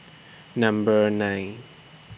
Number nine